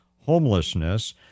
homelessness